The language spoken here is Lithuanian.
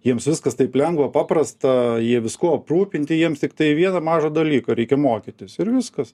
jiems viskas taip lengva paprasta jie viskuo aprūpinti jiems tiktai vieną mažą dalyko reikia mokytis ir viskas